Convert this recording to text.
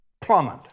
plummet